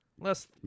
Less